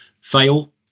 Fail